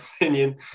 opinion